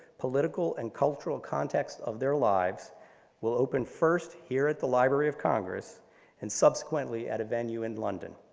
political, and cultural context of their lives will open first here at the library of congress and subsequently at a venue in london.